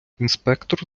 інспектор